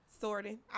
Sorting